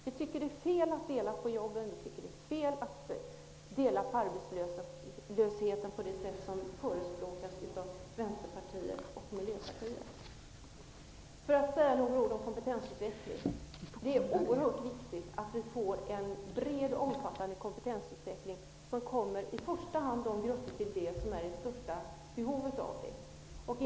Vi tycker det är fel att dela på jobben, vi tycker det är fel att dela på arbetslösheten på det sätt som förespråkas av Vänsterpartiet och Miljöpartiet. Det är oerhört viktigt att vi får en bred och omfattande kompetensutveckling som kommer i första hand de grupper till del som är i största behov av det.